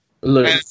Look